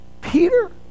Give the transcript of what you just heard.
Peter